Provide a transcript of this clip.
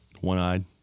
One-eyed